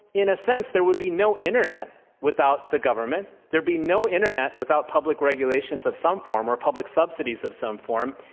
in a sense, there would be no internet without the government, there'd be no internet without public regulations of some form or public subsidies of some form,